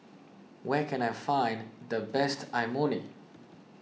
where can I find the best Imoni